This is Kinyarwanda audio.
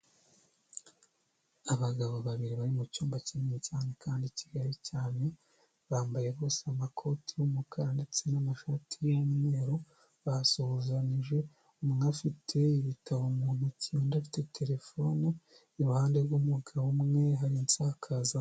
Abagabo babiri bari mu cyumba kinini cyane kandi kigari cyane, bambaye bose amakoti y'umukara ndetse n'amashati y'umweru, basuhuzanyije, umwe afite ibitabo mu ntoki, undi afite terefone, iruhande rw'umugabo umwe hari insakaza